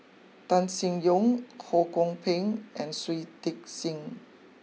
Tan Sin Yong Ho Kwon Ping and Shui Tit sing